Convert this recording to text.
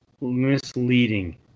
misleading